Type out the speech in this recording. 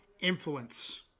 influence